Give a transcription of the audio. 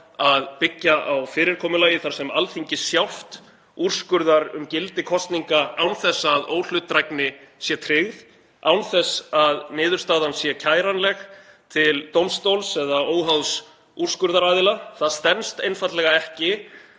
að byggja á fyrirkomulagi þar sem Alþingi sjálft úrskurðar um gildi kosninga án þess að óhlutdrægni sé tryggð, án þess að niðurstaðan sé kæranleg til dómstóls eða óháðs úrskurðaraðila. Það stenst einfaldlega ekki